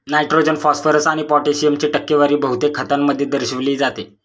nitrogen, phosphorus आणि पोटॅशियमची टक्केवारी बहुतेक खतांमध्ये दर्शविली जाते